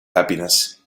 happiness